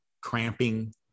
cramping